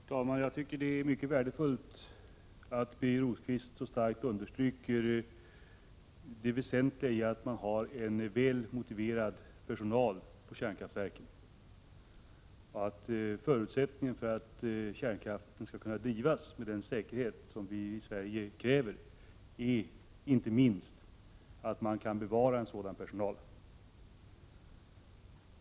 Herr talman! Jag tycker det är mycket värdefullt att Birger Rosqvist så starkt understryker det väsentliga i att man har en väl motiverad personal vid kärnkraftverken. Förutsättningen för att kärnkraftverken skall kunna drivas med den säkerhet som vi i Sverige kräver är inte minst att man kan behålla en sådan personal.